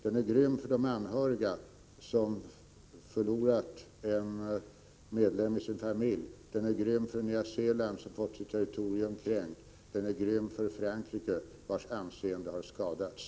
Den är grym för de anhöriga, som förlorat en medlem av sin familj; den är grym för Nya Zeeland, som fått sitt territorium kränkt; den är grym för Frankrike, vars anseende har skadats.